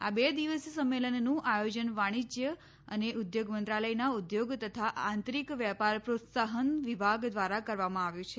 આ બે દિવસીય સંમેલનનું આયોજન વાણિષ્ઠ્ય અને ઉદ્યોગ મંત્રાલયનાં ઉદ્યોગ તથા આંતરીક વેપાર પ્રોત્સાહન વિભાગ દ્વારા કરવામાં આવ્યું છે